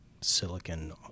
silicon